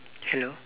hello